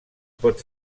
pot